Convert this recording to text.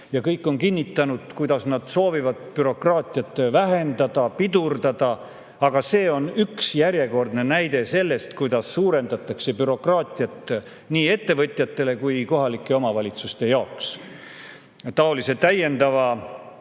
Kõik on kinnitanud, et nad soovivad bürokraatiat vähendada ja pidurdada. Aga see on üks järjekordne näide sellest, kuidas suurendatakse bürokraatiat nii ettevõtjate kui ka kohalike omavalitsuste jaoks. Niisuguse täiendava